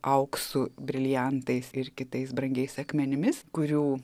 auksu briliantais ir kitais brangiais akmenimis kurių